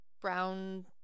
brown